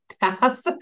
pass